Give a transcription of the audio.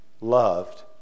loved